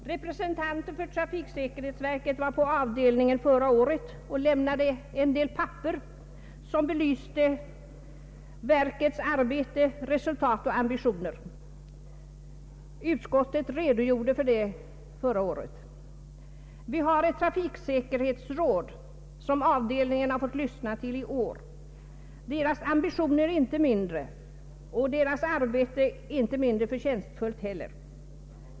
Representanter för trafiksäkerhetsverket var på avdelningen förra året och lämnade en del papper som belyste verkets arbete, resultat och ambitioner. Utskottet redogjorde för detta förra året. Vi har vidare ett trafiksäkerhetsråd, som avdelningen har fått lyssna till i år. Dess ambitioner är inte mindre och dess arbete inte heller mindre förtjänstfullt.